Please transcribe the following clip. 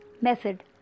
method